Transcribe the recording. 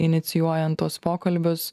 inicijuojant tuos pokalbius